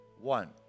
One